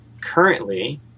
currently